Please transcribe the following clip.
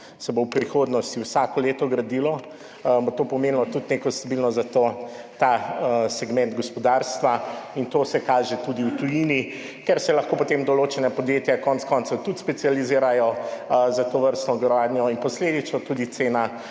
se bo v prihodnosti vsako leto gradilo, bo to pomenilo tudi neko stabilnost za ta segment gospodarstva. To se kaže tudi v tujini, kjer se lahko potem določena podjetja konec koncev tudi specializirajo za tovrstno gradnjo in posledično tudi cena